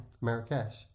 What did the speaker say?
Marrakesh